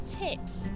tips